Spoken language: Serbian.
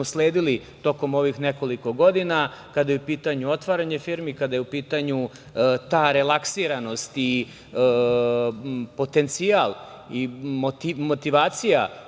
sledili tokom ovih nekoliko godina kada je u pitanju otvaranje firmi, kada je u pitanju ta relaksiranost i potencijal i motivacija,